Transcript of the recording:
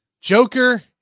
Joker